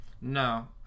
No